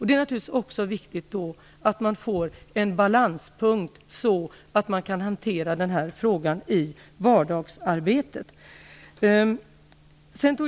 Det är naturligtvis också viktigt att man kommer fram till en balanspunkt så att den här frågan kan hanteras i vardagsarbetet.